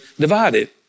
divided